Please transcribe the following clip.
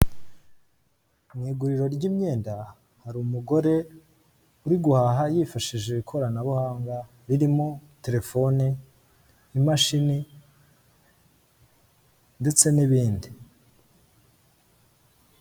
Mu iguriro ry'imyenda hari umugore uri guhaha yifashishije ikoranabuhanga ririmo telefone imashini ndetse n'ibindi.